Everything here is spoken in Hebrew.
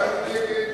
הצבענו נגד.